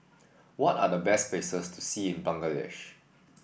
what are the best places to see in Bangladesh